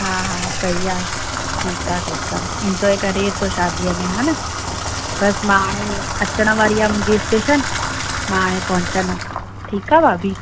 हा हा सही आहे ठीकु आहे ठीकु आहे इनजॉय करे अचो शादीअ में हा न बसि मां हाणे अचनि वारी आहे मुंहिंजी स्टेशन मां हाणे पहोंचदमि ठीकु आहे भाभी